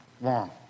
long